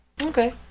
Okay